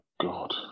god